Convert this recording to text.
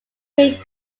play